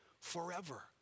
Forever